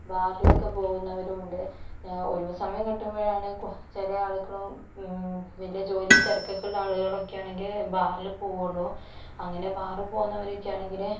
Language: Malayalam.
ബാറിലൊക്കെ പോകുന്നവരും ഉണ്ട് ഒഴിവുസമയം കിട്ടുമ്പോഴാണ് ചില ആളുകളും വലിയ ജോലി തിരക്കൊക്കെ ഉള്ള ആളുകളൊക്കെ ആണെങ്കിൽ ബാറിൽ പോകുളളൂ അങ്ങനെ ബാർ പോകുന്നവരൊക്കെ ആണെങ്കിൽ